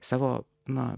savo na